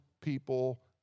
people